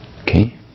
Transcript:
Okay